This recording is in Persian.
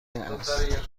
است